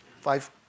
five